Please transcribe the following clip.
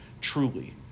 truly